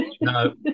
no